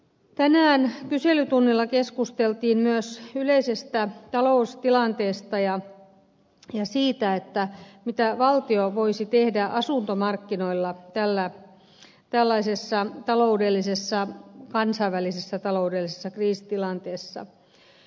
tänään kyselytunnilla keskusteltiin myös yleisestä taloustilanteesta ja siitä mitä valtio voisi tehdä asuntomarkkinoilla tällaisessa kansainvälisessä taloudellisessa kriisitilanteessa